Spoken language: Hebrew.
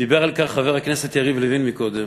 דיבר על כך חבר הכנסת יריב לוין קודם,